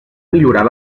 millorar